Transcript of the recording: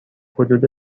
حدود